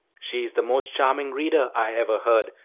she is the most charming reader i ever heard,